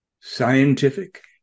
scientific